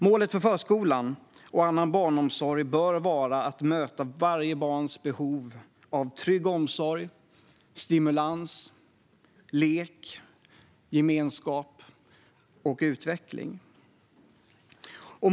Målet för förskolan och annan barnomsorg bör vara att möta varje barns behov av trygg omsorg, stimulans, lek, gemenskap och utveckling.